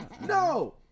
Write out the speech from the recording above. No